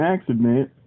accident